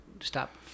Stop